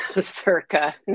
circa